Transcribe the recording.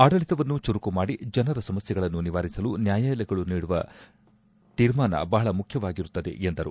ಆಡಳಿತವನ್ನು ಚುರುಕು ಮಾಡಿ ಜನರ ಸುಸ್ಥೆಗಳನ್ನು ನಿವಾರಿಸಲು ನ್ಯಾಯಾಲಯಗಳು ನೀಡುವ ತೀರ್ಮಾನ ಬಹಳ ಮುಖ್ಯವಾಗಿರುತ್ತದೆ ಎಂದರು